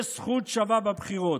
יש זכות שווה בבחירות.